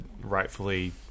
rightfully